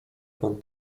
pan